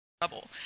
trouble